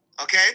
Okay